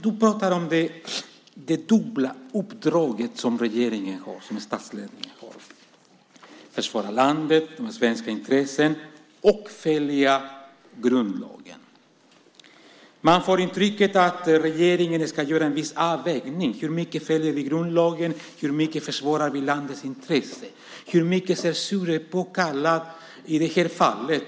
Du pratar om det dubbla uppdrag som regeringen och statsledningen har att försvara landet och svenska intressen och att följa grundlagen. Man får intrycket att regeringen ska göra en viss avvägning. Hur mycket följer vi grundlagen? Hur mycket försvarar vi landets intressen? Hur mycket censur är påkallat i det här fallet?